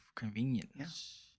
Convenience